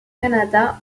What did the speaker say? canada